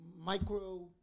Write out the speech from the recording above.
micro